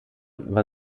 war